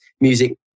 music